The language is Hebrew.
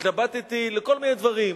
התלבטתי בכל מיני דברים,